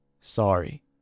sorry